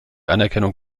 anerkennung